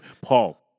Paul